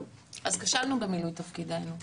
אז כשלנו במילוי תפקידנו,